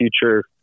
future